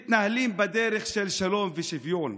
מתנהלים בדרך של שלום ושוויון,